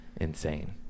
insane